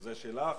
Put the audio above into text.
זה שלך?